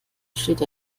steht